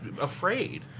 afraid